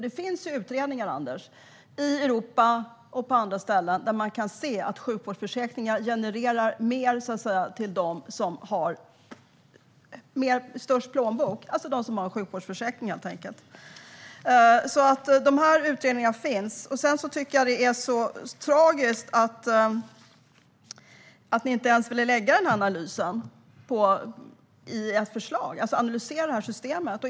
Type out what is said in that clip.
Det finns utredningar, Anders, i Europa och på andra ställen, där man kan se att sjukvårdsförsäkringar genererar mer till dem som har störst plånbok - de som har en sjukvårdsförsäkring, helt enkelt. Jag tycker att det är tragiskt att ni inte ens ville föreslå en sådan analys av systemet.